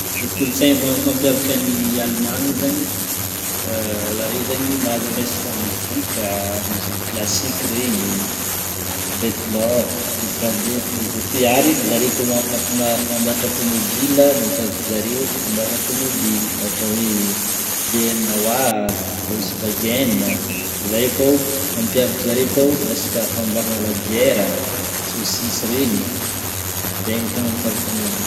Ny kolontsaina ma- mampiavaka ny Alemagna zegny zare zegny malaza am' resaka mozika, mozika classique regny, filôzôfia ary zare koa ma- ma- ma- mamboatra tomobila mampiavaka zareo amboarana tombobila ohatra hoe BMW a, Volkswagen, zare koa o mampiavaka zareo koa resaka fagnamboarana labiera, sôsisy regny zay ny tegna mampiavaka ny Alemana.